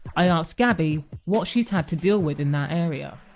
i asked gabby what she's had to deal with in that area